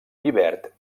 llibert